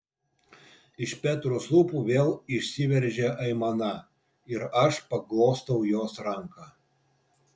iš petros lūpų vėl išsiveržia aimana ir aš paglostau jos ranką